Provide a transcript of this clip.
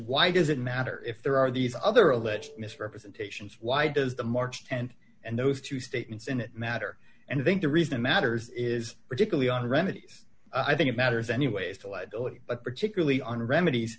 why does it matter if there are these other alleged misrepresentations why does the march th and those two statements in it matter and i think the reason it matters is particularly on remedies i think it matters anyways to liability but particularly on remedies